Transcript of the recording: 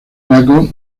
bacon